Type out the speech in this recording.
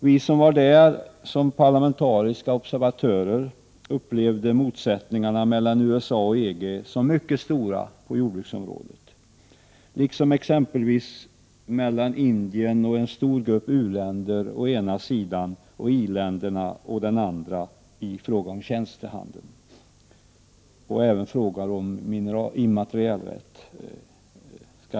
Vi som var där som parlamentariska observatörer upplevde motsättningarna mellan USA och EG som mycket stora på jordbruksområdet, liksom exempelvis motsättningarna mellan Indien och en stor grupp u-länder å ena sidan och i-länderna å den andra sidan i fråga om tjänstehandel och även immaterialrätt.